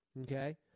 Okay